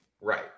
Right